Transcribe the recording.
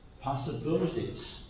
possibilities